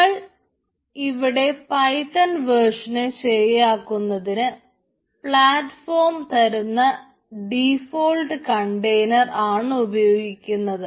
നമ്മൾ ഇവിടെ Python version ശരിയാക്കുന്നതിന് പ്ലാറ്റ്ഫോം തരുന്ന ഡിഫോൾട്ട് കണ്ടെയ്നർ ആണ് ഉപയോഗിക്കുന്നത്